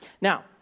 Now